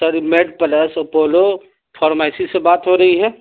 سر MedPlus Apollo pharmacy سے بات ہو رہی ہے